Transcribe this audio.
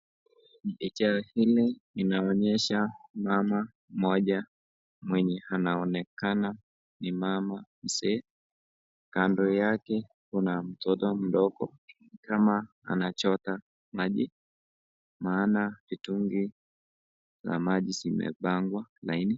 Picha hili linaonyesha mama moja mwenye anaonekana ni mama mzee, kando yake kuna mtoto mdogo ni kama anachota maji, maana mitungi za maji zimepangwa laini.